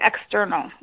external